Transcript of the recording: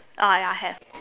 ah ya have